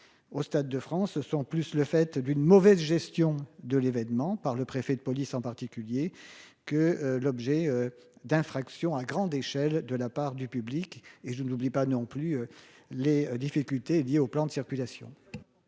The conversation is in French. au Stade de France sont plus le fait d'une mauvaise gestion de l'événement par le préfet de police en particulier que l'objet d'infraction à grande échelle de la part du public et je n'oublie pas non plus. Les difficultés liées au plan de circulation.